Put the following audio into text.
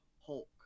Hulk